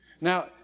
Now